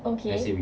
okay